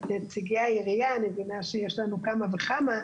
את נציגי העירייה ואני מבינה שיש לנו כמה וכמה.